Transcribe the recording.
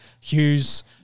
Hughes